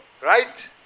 right